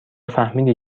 فهمیدی